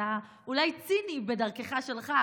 אתה אולי ציני בדרכך שלך,